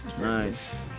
Nice